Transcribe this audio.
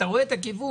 אתה רואה את הכיוון.